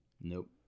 Nope